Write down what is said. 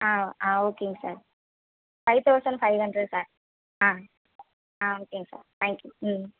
ஆ ஆ ஓகேங்க sir five thousand five hundred sir ஆ ஆ ஓகேங்க சார் தேங்க் யூ ம்